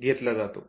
घेतला जातो